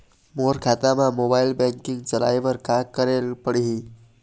मोर खाता मा mobile banking चलाए बर का करेक पड़ही?